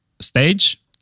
stage